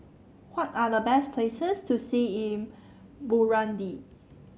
what are the best places to see in Burundi